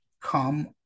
come